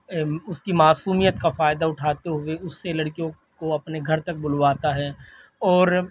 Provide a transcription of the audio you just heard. اس کی معصومیت کا فائدہ اٹھاتے ہوئے اس کے لڑکیوں کو اپنے گھر تک بلواتا ہے اور